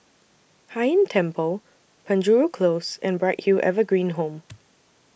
Hai Inn Temple Penjuru Close and Bright Hill Evergreen Home